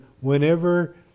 whenever